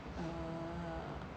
uh